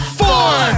four